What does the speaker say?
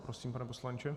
Prosím, pane poslanče.